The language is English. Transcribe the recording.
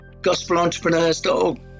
gospelentrepreneurs.org